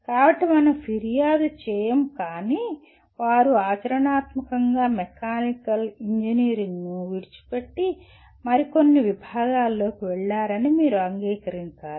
కాబట్టి మనం ఫిర్యాదు చేయము కానీ వారు ఆచరణాత్మకంగా మెకానికల్ ఇంజనీరింగ్ను విడిచిపెట్టి మరికొన్ని విభాగాలలోకి వెళ్ళారని మీరు అంగీకరించాలి